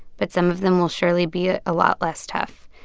but some of them will surely be a ah lot less tough.